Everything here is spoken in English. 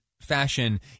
fashion